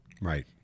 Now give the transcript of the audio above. Right